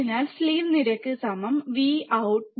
അതിനാൽ സ്ലീവ് നിരക്ക് ∆Vout∆t